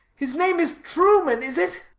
his name is truman, is it?